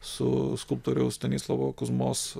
su skulptoriaus stanislovo kuzmos